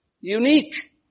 unique